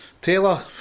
Taylor